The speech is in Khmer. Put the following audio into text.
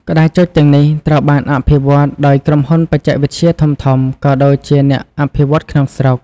ក្តារចុចទាំងនេះត្រូវបានអភិវឌ្ឍដោយក្រុមហ៊ុនបច្ចេកវិទ្យាធំៗ ក៏ដូចជាអ្នកអភិវឌ្ឍន៍ក្នុងស្រុក។